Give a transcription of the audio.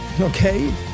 okay